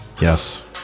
Yes